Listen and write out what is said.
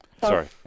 Sorry